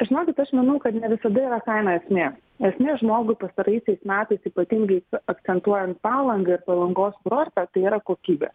žinokit aš manau kad ne visada yra kaina esmė esmė žmogui pastaraisiais metais ypatingai akcentuojant palangą ir palangos kurortą tai yra kokybė